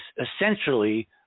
essentially